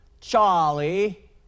Charlie